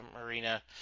Marina